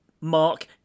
Mark